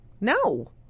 No